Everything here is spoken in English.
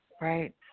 Right